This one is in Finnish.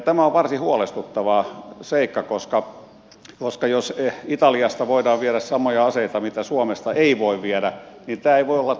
tämä on varsin huolestuttava seikka koska jos italiasta voidaan viedä samoja aseita mitä suomesta ei voi viedä niin tämä ei voi olla tarkoituksenmukaista